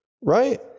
right